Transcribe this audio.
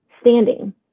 standing